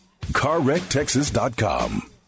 CarWreckTexas.com